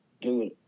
dude